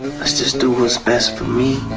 let's just do what's best for me